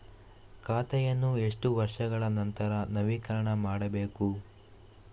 ಖಾತೆಯನ್ನು ಎಷ್ಟು ವರ್ಷಗಳ ನಂತರ ನವೀಕರಣ ಮಾಡಬೇಕು?